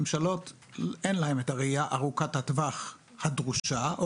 אין להם את הראייה ארוכת הטווח הדרושה או